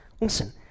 Listen